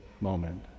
moment